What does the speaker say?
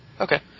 Okay